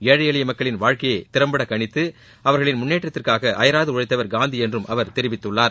ஏழை எளிய மக்களின் வாழ்க்கையை திறம்பட கணித்து அவர்களின் முன்னேற்றத்திற்காக அபராது உழைத்தவர் காந்தி என்றும் அவர் தெரிவித்துள்ளார்